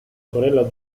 sorella